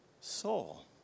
soul